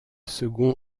second